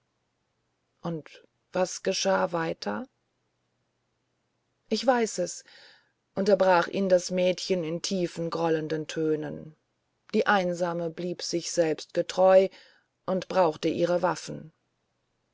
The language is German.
und was geschah weiter ich weiß es unterbrach ihn das mädchen in tiefen grollenden tönen die einsame blieb sich selbst getreu und brauchte ihre waffen